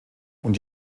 und